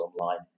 online